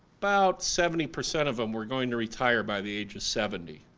about seventy percent of them were going to retire by the age of seventy.